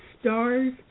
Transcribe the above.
stars